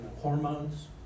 hormones